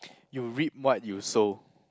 you reap what you sow